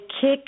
kick